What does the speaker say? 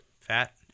fat